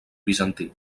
bizantí